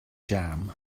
jam